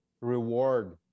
reward